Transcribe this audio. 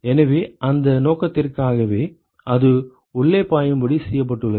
எனவே அந்த நோக்கத்திற்காகவே அது உள்ளே பாயும்படி செய்யப்பட்டுள்ளது